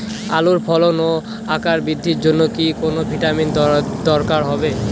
আলুর ফলন ও আকার বৃদ্ধির জন্য কি কোনো ভিটামিন দরকার হবে?